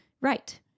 Right